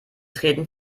treten